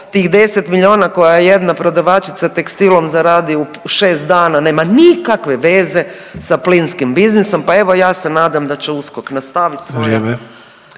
tih 10 milijuna koja jedna prodavačica tekstilom zaradi u 6 dana nema nikakve veze sa plinskim biznisom, pa evo, ja se nadam da će USKOK nastaviti